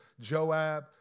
Joab